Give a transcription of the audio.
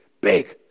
big